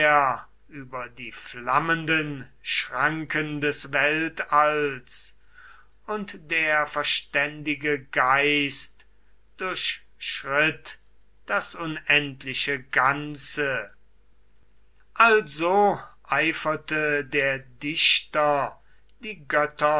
über die flammenden schranken des weltalls und der verständige geist durchschritt das unendliche ganze also eiferte der dichter die götter